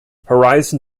horizon